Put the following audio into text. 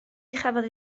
chafodd